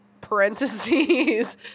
parentheses